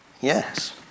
yes